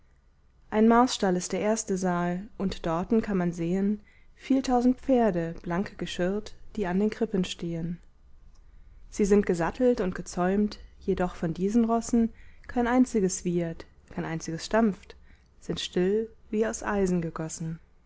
ein marstall ist der erste saal und dorten kann man sehen viel tausend pferde blankgeschirrt die an den krippen stehen sie sind gesattelt und gezäumt jedoch von diesen rossen kein einziges wiehert kein einziges stampft sind still wie aus eisen gegossen